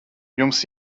jums